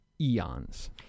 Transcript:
eons